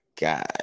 God